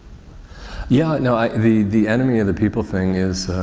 yeah, no, i, the, the enemy of the people thing is,